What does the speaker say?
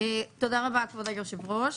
תודה רבה, כבוד היושב-ראש,